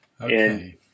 Okay